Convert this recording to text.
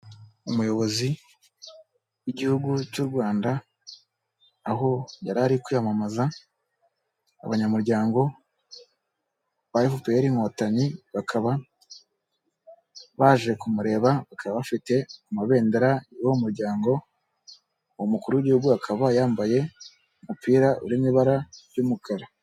Umuyobozi w'igihugu cy'u Rwanda aho yari ari kwiyamamaza, abanyamuryango ba FPR Inkotanyi bakaba baje kumureba, bakaba bafite amabendera y'uwo muryango, umukuru w'igihugu akaba yambaye umupira uri mu ibara ry'umukara.